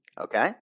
Okay